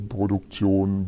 Produktion